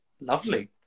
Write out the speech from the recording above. lovely